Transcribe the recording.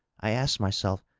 i asked myself,